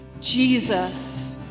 Jesus